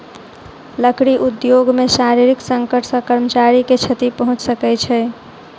लकड़ी उद्योग मे शारीरिक संकट सॅ कर्मचारी के क्षति पहुंच सकै छै